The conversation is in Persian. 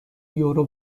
یورو